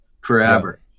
forever